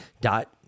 dot